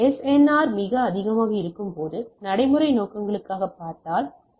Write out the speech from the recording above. R மிக அதிகமாக இருக்கும்போது நடைமுறை நோக்கங்களுக்காக பார்த்தால் எஸ்